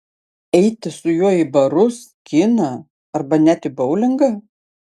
eiti su juo į barus kiną arba net į boulingą